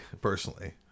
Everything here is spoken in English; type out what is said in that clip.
personally